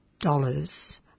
dollars